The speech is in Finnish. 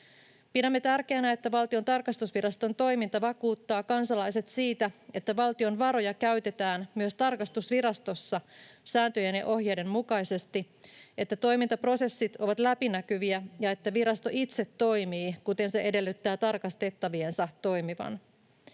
Pidämme tärkeänä, että Valtion tarkastusviraston toiminta vakuuttaa kansalaiset siitä, että valtion varoja käytetään myös tarkastusvirastossa sääntöjen ja ohjeiden mukaisesti, että toimintaprosessit ovat läpinäkyviä ja että virasto itse toimii, kuten se edellyttää tarkastettaviensa toimivan.